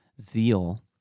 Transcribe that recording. zeal